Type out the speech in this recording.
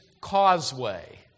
causeway